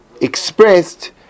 expressed